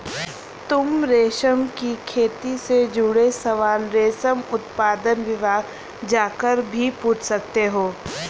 तुम रेशम की खेती से जुड़े सवाल रेशम उत्पादन विभाग जाकर भी पूछ सकते हो